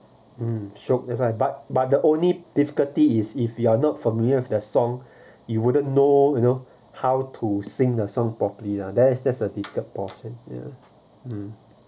ya shiok that's why but but the only difficulty is if you are not familiar with the song you wouldn't know you know how to sing the song properly lah there is there's a difficult portion ya mm